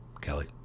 Kelly